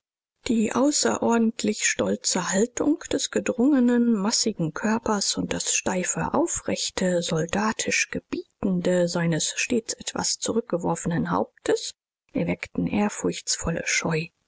die außerordentlich stolze haltung des gedrungenen massigen körpers und das steif aufrechte soldatisch gebietende seines stets etwas zurückgeworfenen hauptes erweckten ehrfurchtsvolle scheu